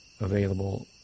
available